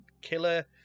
killer